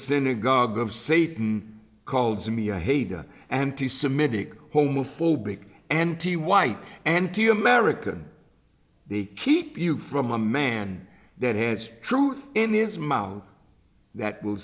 synagogue of satan calls me a hater anti semitic homophobic anti white anti american the keep you from a man that has truth in his mouth that will